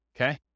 okay